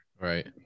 Right